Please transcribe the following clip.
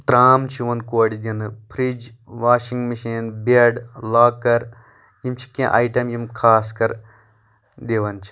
ترٛام چھُ یِوان کورِ دِنہٕ fridge washing machine bed locker یِم چھِ کینٛہہ آیٹم یِم خاص کر دِوَان چھِ